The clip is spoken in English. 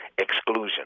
exclusion